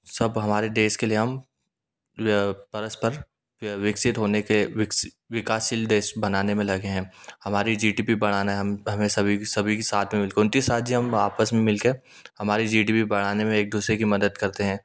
सब हमारे देश के लिए हम परस्पर विकसित होने के विकासशील देश बनाने में लगे हैं हमारी जी टी पी बढ़ाना हम हमें सभी के साथ में उनतीस राज्य हम आपस में मिलके हमारी जी डी पी बढ़ाने में एक दूसरे की मदद करते हैं